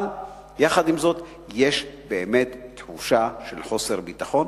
אבל יחד עם זה יש איזו תחושה של חוסר ביטחון,